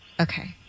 Okay